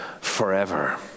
forever